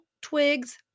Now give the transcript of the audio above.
twigs